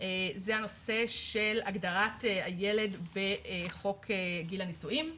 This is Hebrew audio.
זה הנושא של הגדרת הילד בחוק גיל הנישואין,